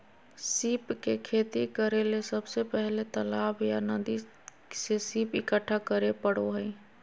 सीप के खेती करेले सबसे पहले तालाब या नदी से सीप इकठ्ठा करै परो हइ